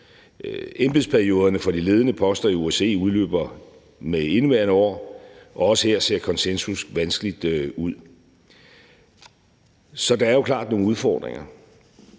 Embedsperioderne for de ledende poster i OSCE udløber med indeværende år, og også her ser konsensus vanskeligt ud. Så der er jo klart nogle udfordringer.